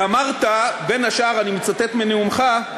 ואמרת, בין השאר, אני מצטט מנאומך: